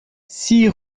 six